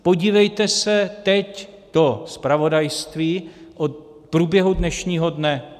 Podívejte se teď do zpravodajství o průběhu dnešního dne.